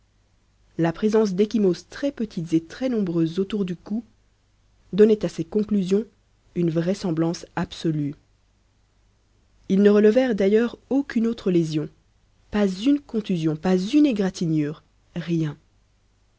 la présence d'ecchymoses très petites et très nombreuses autour du cou donnait à ces conclusions une vraisemblance absolue ils ne relevèrent d'ailleurs aucune autre lésion pas une contusion pas une égratignure rien